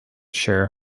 share